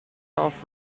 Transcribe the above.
off